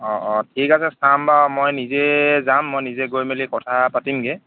অঁ অঁ ঠিক আছে চাম বাৰু মই নিজে যাম মই নিজে গৈ মেলি কথা পাতিমগৈ